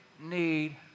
need